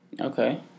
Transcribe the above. Okay